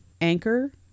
Anchor